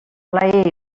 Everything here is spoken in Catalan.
plaer